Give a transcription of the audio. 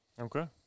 Okay